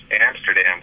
Amsterdam